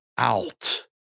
Out